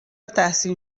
تحسین